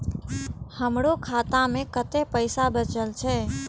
हमरो खाता में कतेक पैसा बचल छे?